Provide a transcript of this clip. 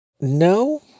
No